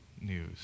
news